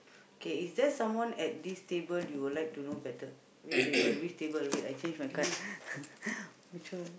k is there someone at this table you would like to know better which table which table wait I change my card